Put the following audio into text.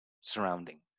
surrounding